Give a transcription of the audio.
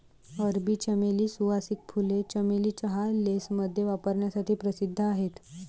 अरबी चमेली, सुवासिक फुले, चमेली चहा, लेसमध्ये वापरण्यासाठी प्रसिद्ध आहेत